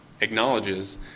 acknowledges